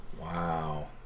wow